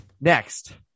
next